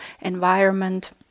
environment